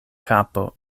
kapo